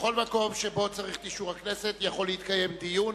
בכל מקום שבו צריך את אישור הכנסת יכול להתקיים דיון.